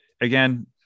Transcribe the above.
again